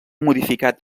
modificat